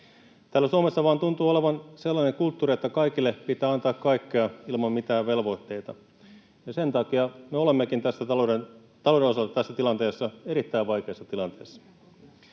Täällä Suomessa vaan tuntuu olevan sellainen kulttuuri, että kaikille pitää antaa kaikkea ilman mitään velvoitteita. Sen takia me olemmekin talouden osalta tässä tilanteessa, erittäin vaikeassa tilanteessa.